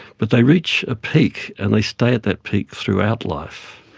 but they reach a peak and they stay at that peak throughout life.